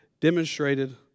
demonstrated